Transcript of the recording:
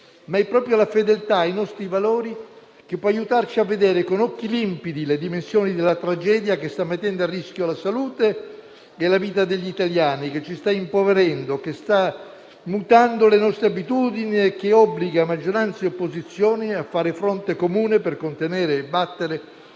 ma è proprio la fedeltà ai nostri valori che può aiutarci a vedere con occhi limpidi le dimensioni della tragedia che sta mettendo a rischio la salute e la vita degli italiani, che ci sta impoverendo, che sta mutando le nostre abitudini e che obbliga maggioranza e opposizioni a fare fronte comune, per contenere e battere